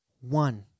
One